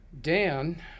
Dan